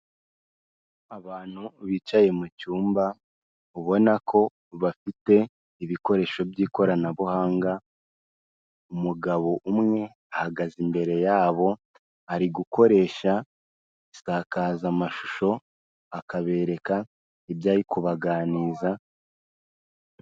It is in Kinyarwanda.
Abantu bicaye mu cyumba ubona ko bafite ibikoresho by'ikoranabuhanga, umugabo umwe ahagaze imbere ya bo ari gukoresha isakazamashusho akabereka ibyari kubaganiriza.